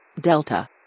Delta